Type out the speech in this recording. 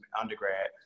undergrad